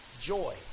joy